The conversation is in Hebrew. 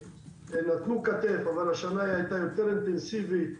שנתנו כתף אבל השנה היתה יותר אינטנסיבית.